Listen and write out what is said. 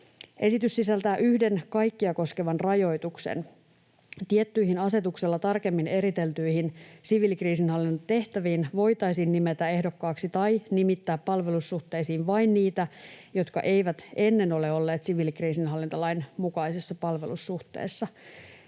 Esitys sisältää yhden kaikkia koskevan rajoituksen. Tiettyihin asetuksella tarkemmin eriteltyihin siviilikriisinhallinnan tehtäviin voitaisiin nimetä ehdokkaaksi tai nimittää palvelussuhteisiin vain niitä, jotka eivät ennen ole olleet siviilikriisinhallintalain mukaisessa palvelussuhteessa.